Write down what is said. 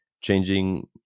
changing